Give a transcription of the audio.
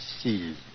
see